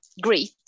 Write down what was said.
Great